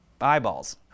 eyeballs